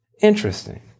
Interesting